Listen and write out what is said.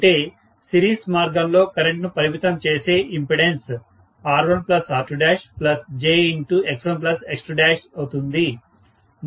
అంటే సిరీస్ మార్గంలో కరెంట్ను పరిమితం చేసే ఇంపెడెన్స్ R1R2jX1X2అవుతుంది